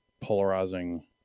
polarizing